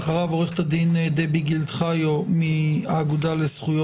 תודה, חבר הכנסת גלעד קריב, יושב-ראש הוועדה.